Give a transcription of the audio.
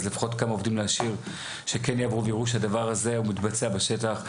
אז לפחות כמה עובדים להשאיר שכן יעברו ויראו שהדבר הזה מתבצע בשטח.